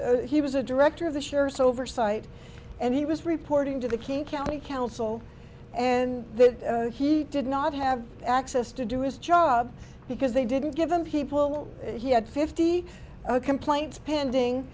he was a director of the shares oversight and he was reporting to the king county council and that he did not have access to do his job because they didn't give him people he had fifty planes pending